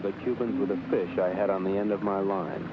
of the cubans with the fish i had on the end of my line